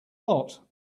lot